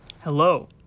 Hello